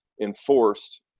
enforced